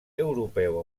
europeu